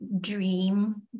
dream